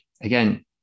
again